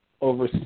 over